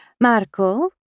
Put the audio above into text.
Marco